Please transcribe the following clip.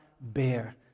bear